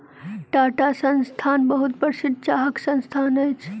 टाटा संस्थान बहुत प्रसिद्ध चाहक संस्थान अछि